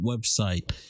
website